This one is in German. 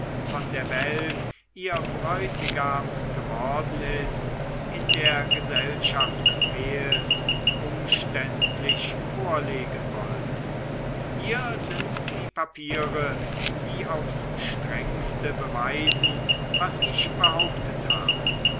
von der welt ihr bräutigam geworden ist in der gesellschaft fehlt umständlich vorlegen wollte hier sind die papiere die aufs strengste beweisen was ich behauptet habe